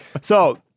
So-